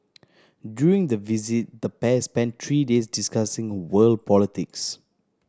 during the visit the pair spent three days discussing world politics